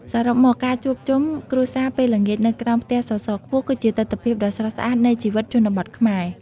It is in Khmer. សរុបមក ការជួបជុំគ្រួសារពេលល្ងាចនៅក្រោមផ្ទះសសរខ្ពស់ គឺជាទិដ្ឋភាពដ៏ស្រស់ស្អាតនៃជីវិតជនបទខ្មែរ។